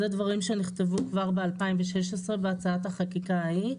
זה דברים שנכתבו כבר ב-2016 בהצעת החקיקה ההיא.